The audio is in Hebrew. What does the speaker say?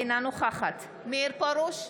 אינה נוכחת מאיר פרוש,